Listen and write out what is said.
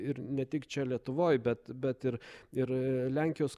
ir ne tik čia lietuvoj bet bet ir ir lenkijos